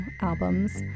albums